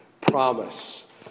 promise